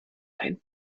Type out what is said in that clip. dein